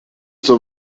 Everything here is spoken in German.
zur